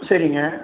சரிங்க